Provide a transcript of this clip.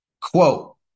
Quote